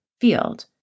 field